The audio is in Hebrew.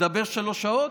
נדבר שלוש שעות?